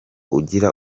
ugira